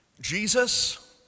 Jesus